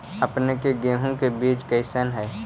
अपने के गेहूं के बीज कैसन है?